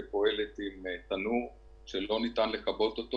שפועלת עם תנור שלא ניתן לכבות אותו.